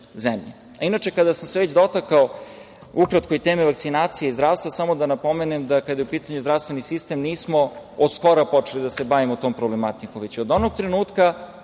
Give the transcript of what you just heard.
zemlje. Kada sam se već dotakao ukratko i teme vakcinacije i zdravstva, samo da napomenem da kada je u pitanju zdravstveni sistem, nismo od skora počeli da se bavimo tom problematikom, već od onog trenutka